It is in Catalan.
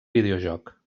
videojoc